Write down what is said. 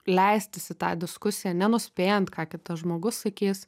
leistis į tą diskusiją nenuspėjant ką kitas žmogus sakys